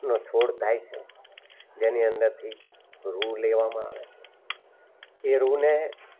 નો છોડ થાય છે જેની અંદરથી રૂ લેવામાં આવે છે એ રૂને